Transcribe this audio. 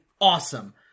Awesome